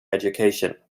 education